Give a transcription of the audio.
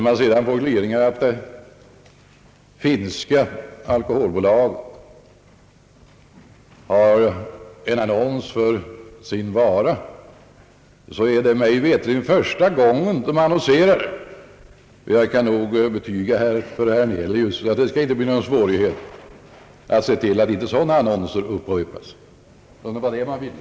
Vad beträffar gliringarna att det finska alkoholbolaget har en annons för sin vara, vill jag säga att mig veterligt är det första gången det företaget annonserar. Och jag skall nog kunna övertyga herr Hernelius om att det inte skall bli några svårigheter med att se till att den annonsen inte upprepas, om det är bara detta man önskar.